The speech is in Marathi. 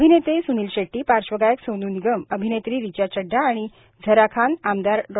अभिनेते स्निल शेट्टी पार्श्वगायक सोनू निगम अभिनेत्री रिचा चड्डा आणि झरा खान आमदार डॉ